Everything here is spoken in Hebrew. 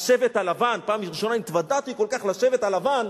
"השבט הלבן" בפעם הראשונה התוודעתי כל כך ל"שבט הלבן".